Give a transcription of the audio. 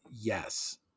Yes